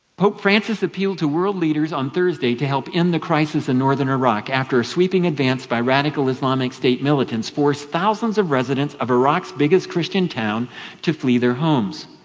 pope francis appealed to world leaders on thursday to help in the crisis in northern iraq after a sweeping advance by radical islamic state militants forced thousands of residents of iraq's biggest christian town to flee their homes.